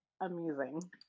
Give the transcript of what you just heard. Amazing